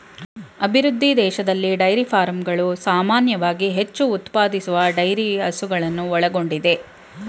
ಅಭಿವೃದ್ಧಿ ದೇಶದಲ್ಲಿ ಡೈರಿ ಫಾರ್ಮ್ಗಳು ಸಾಮಾನ್ಯವಾಗಿ ಹೆಚ್ಚು ಉತ್ಪಾದಿಸುವ ಡೈರಿ ಹಸುಗಳನ್ನು ಒಳಗೊಂಡಿದೆ